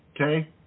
Okay